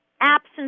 Absence